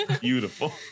Beautiful